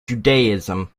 judaism